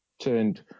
turned